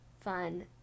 Fun